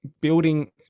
building